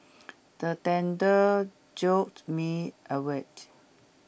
the thunder jolt me awake